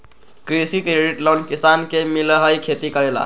कृषि credit loan किसान के मिलहई खेती करेला?